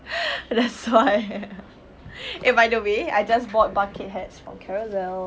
that's why eh by the way I just bought bucket hats from carousell